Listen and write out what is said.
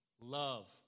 Love